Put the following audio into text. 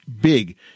big